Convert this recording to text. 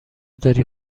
داری